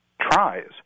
tries